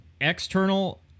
external